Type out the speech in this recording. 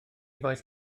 faes